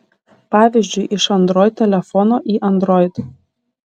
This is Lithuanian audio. pavyzdžiui iš android telefono į android